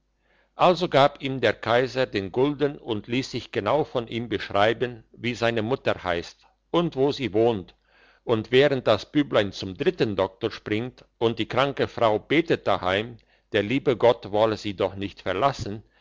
also gab ihm der kaiser den gulden und liess sich genau von ihm beschreiben wie seine mutter heisst und wo sie wohnt und während das büblein zum dritten doktor springt und die kranke frau betet daheim der liebe gott wolle sie doch nicht verlassen